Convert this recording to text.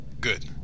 Good